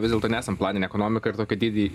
vis dėlto nesam planinė ekonomika ir tokį didį